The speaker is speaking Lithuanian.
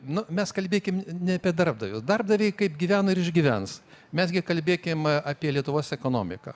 nu mes kalbėkim ne apie darbdaviu darbdaviai kaip gyveno ir išgyvens mes gi kalbėkim apie lietuvos ekonomiką